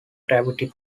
gravity